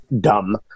dumb